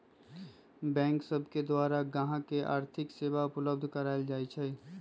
bank सब के द्वारा गाहक के आर्थिक सेवा उपलब्ध कराएल जाइ छइ